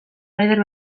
raider